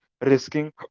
risking